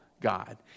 God